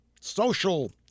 social